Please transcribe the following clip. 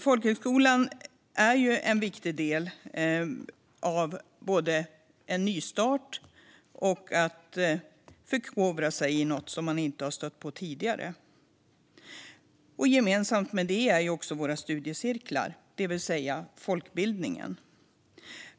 Folkhögskolan är en viktig del både i en nystart och i att förkovra sig i något som man inte har stött på tidigare. Utöver det finns också våra studiecirklar, det vill säga folkbildningen.